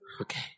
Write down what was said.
Okay